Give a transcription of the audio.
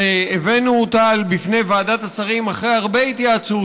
שהבאנו אותה בפני ועדת השרים אחרי הרבה התייעצות